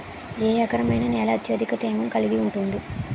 ఏ రకమైన నేల అత్యధిక తేమను కలిగి ఉంటుంది?